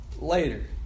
later